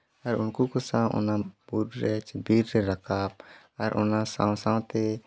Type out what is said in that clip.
ᱟᱨ ᱩᱱᱠᱩ ᱠᱚ ᱥᱟᱶ ᱚᱱᱟ ᱵᱩᱨᱩ ᱨᱮ ᱵᱤᱨ ᱨᱮ ᱨᱟᱠᱟᱵ ᱟᱨ ᱚᱱᱟ ᱥᱟᱶ ᱥᱟᱶᱛᱮ